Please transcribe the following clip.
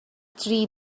three